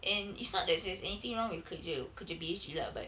and it's not that there's anything wrong with kerja kerja B_H_G lah but